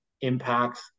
impacts